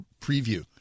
preview